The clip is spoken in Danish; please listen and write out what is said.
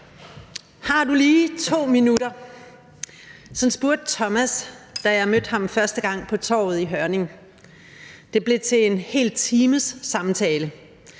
Har du lige 2 minutter? Sådan spurgte Thomas, da jeg mødte ham første gang på torvet i Hørning. Det blev til en hel times samtale.